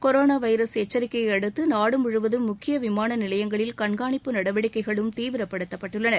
corona virus எச்சரிக்கையை அடுத்து நாடு முழுவதும் முக்கிய விமான நிலையங்களில் கண்காணிப்பு நடவடிக்கைகளும் தீவிரப்படுத்தப்பட்டுள்ளன